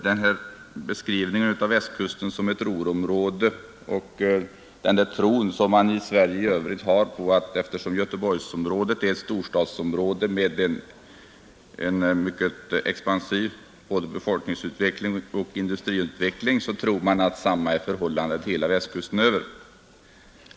Man beskriver Västkusten som ett Ruhrområde och har i Sverige i övrigt den tron, att eftersom Göteborgsområdet är ett storstadsområde med mycket expansiv både befolkningsutveckling och industriutveckling är förhållandet detsamma hela Västkusten över.